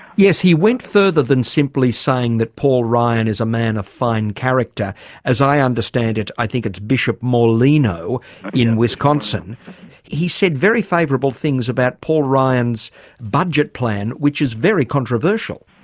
yes. he went further than simply saying that paul ryan is a man of fine character as i understand it. i think it's bishop morlino in wisconsin he said very favourable things about paul ryan's budget plan which is very controversial.